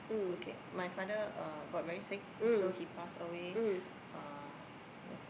okay my father uh got very sick so he passed away uh